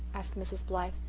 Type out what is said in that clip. asked mrs. blythe.